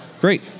Great